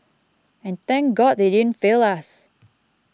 and thank God they didn't fail us